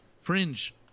Fringe